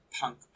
punk